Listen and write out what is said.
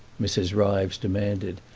mrs. ryves demanded,